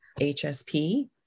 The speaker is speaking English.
HSP